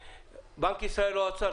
בנק ישראל או האוצר,